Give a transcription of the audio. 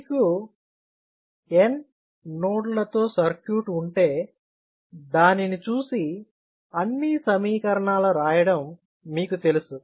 మీకు n నోడ్లతో circuit ఉంటే దానిని చూసి అన్నీ సమీకరణాలు రాయడం మీకు తెలుసు